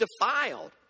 defiled